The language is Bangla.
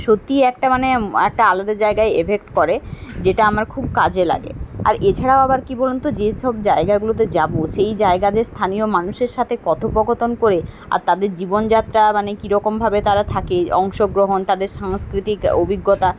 সত্যিই একটা মানে একটা আলাদা জায়গায় এফেক্ট করে যেটা আমার খুব কাজে লাগে আর এছাড়াও আবার কী বলুন তো যেসব জায়গাগুলোতে যাবো সেই জায়গাদে স্থানীয় মানুষের সাথে কথোপকথন করে আর তাদের জীবনযাত্রা মানে কীরকমভাবে তারা থাকে অংশগ্রহণ তাদের সাংস্কৃতিক অভিজ্ঞতা